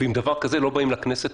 ועם דבר כזה לא באים לכנסת,